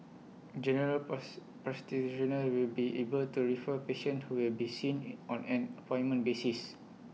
general parts practitioners will be able to refer patients who will be seen A on an appointment basis